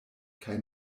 kaj